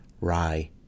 rye